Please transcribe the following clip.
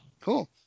cool